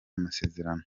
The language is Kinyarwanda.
amasezerano